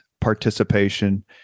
participation